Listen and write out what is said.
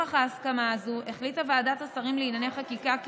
נוכח ההסכמה הזו החליטה ועדת השרים לענייני חקיקה כי